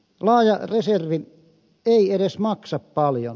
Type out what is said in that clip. laaja reservi ei edes maksa paljon